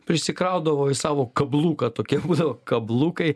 prisikraudavo į savo kabluką tokie būdavo kablukai